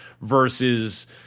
versus